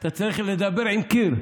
אתה צריך לדבר עם קיר.